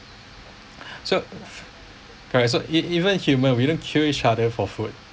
so correct so ev~ even human we don't kill each other for food